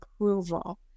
approval